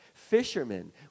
Fishermen